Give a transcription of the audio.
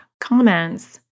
comments